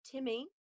Timmy